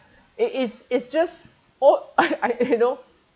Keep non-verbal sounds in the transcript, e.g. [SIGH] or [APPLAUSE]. it is it's just or I [LAUGHS] I you know